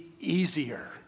easier